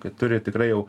kai turi tikrai jau